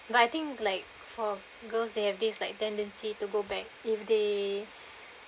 but I think like for girls they have this like tendency to go back if they